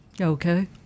Okay